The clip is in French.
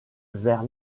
vers